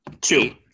two